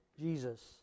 Jesus